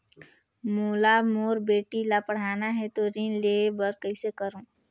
मोला मोर बेटी ला पढ़ाना है तो ऋण ले बर कइसे करो